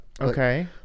Okay